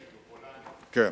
כן,